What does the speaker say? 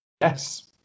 Yes